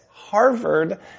Harvard